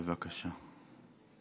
בבקשה.